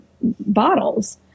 bottles